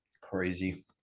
crazy